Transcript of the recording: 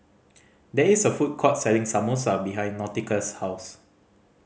there is a food court selling Samosa behind Nautica's house